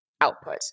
output